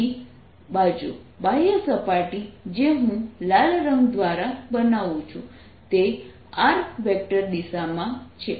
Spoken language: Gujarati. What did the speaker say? બીજી બાજુ બાહ્ય સપાટી જે હું લાલ રંગ દ્વારા બનાવું છું તે r દિશામાં છે